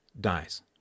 dies